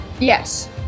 Yes